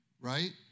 right